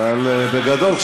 בגדול,